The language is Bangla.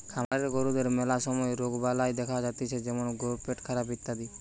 খামারের গরুদের ম্যালা সময় রোগবালাই দেখা যাতিছে যেমন পেটখারাপ ইত্যাদি